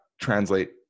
translate